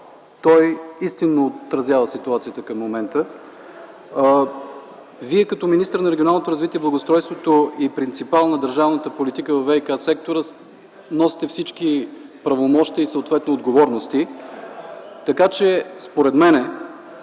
Той истинно отразява ситуацията към момента. Вие, като министър на регионалното развитие и благоустройството и принципал на държавната политика във ВиК сектора, носите всички правомощия и съответно отговорности. Според мен